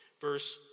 Verse